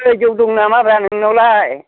ऐ जौ दं नामाब्रा नोंनावलाय